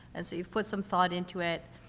and so you've put some thought into it,